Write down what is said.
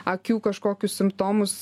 akių kažkokius simptomus